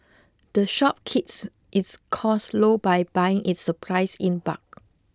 the shop keeps its costs low by buying its supplies in bulk